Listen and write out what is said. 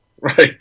Right